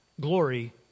Glory